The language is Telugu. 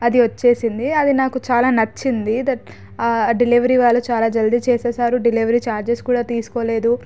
అది వచ్చేసింది అది నాకు చాలా నచ్చింది దట్ డెలివరీ వాళ్ళు చాలా జల్ది చేసేసారు డెలివరీ చార్జెస్ కూడా తీసుకోలేదు